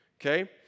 okay